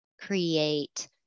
create